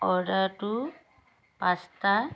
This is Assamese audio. অৰ্ডাৰটো পাঁচটা